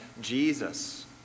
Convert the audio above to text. Jesus